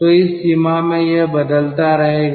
तो इस सीमा में यह बदलता रहेगा